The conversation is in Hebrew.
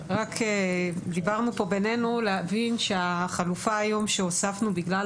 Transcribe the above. דיברנו פה בינינו להבין שהחלופה היום שהוספנו בגלל